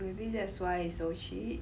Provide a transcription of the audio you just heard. maybe that's why it's so cheap